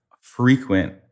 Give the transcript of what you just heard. frequent